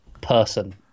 person